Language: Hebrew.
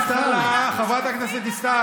חברת הכנסת דיסטל.